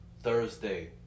Thursday